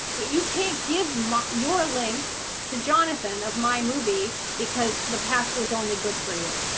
but you can't give me your link to jonathan of my movie because the passwords only good for you.